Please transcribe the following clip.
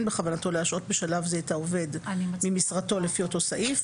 בכוונתו להשעות בשלב זה את העובד ממשרתו לפי אותו סעיף,